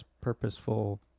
purposeful